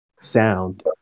sound